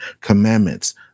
commandments